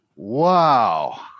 Wow